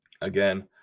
again